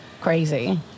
crazy